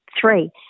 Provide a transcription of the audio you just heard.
three